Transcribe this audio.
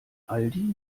aldi